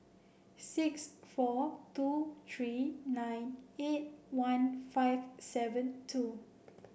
six four two three nine eight one five seven two